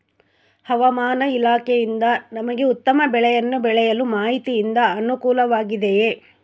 ಹವಮಾನ ಇಲಾಖೆಯಿಂದ ನಮಗೆ ಉತ್ತಮ ಬೆಳೆಯನ್ನು ಬೆಳೆಯಲು ಮಾಹಿತಿಯಿಂದ ಅನುಕೂಲವಾಗಿದೆಯೆ?